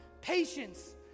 patience